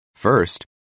First